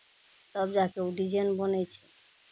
तब जा कऽ ओ डिजाइन बनै छै